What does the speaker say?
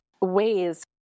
ways